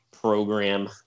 program